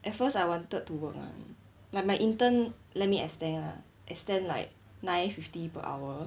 at first I wanted to work lah like my intern let me extend ah extend like nine fifty per hour